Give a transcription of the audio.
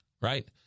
right